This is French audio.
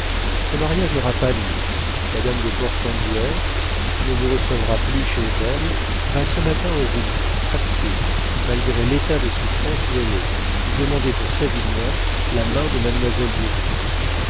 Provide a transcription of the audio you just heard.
ce mariage n'aura pas lieu madame de portenduère qui ne vous recevra plus chez elle va ce matin au rouvre à pied malgré l'état de souffrance où elle est y demander pour savinien la main de mademoiselle du